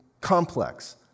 complex